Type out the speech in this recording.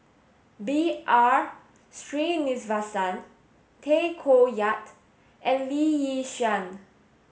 B R Sreenivasan Tay Koh Yat and Lee Yi Shyan